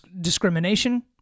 discrimination